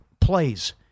Plays